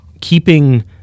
keeping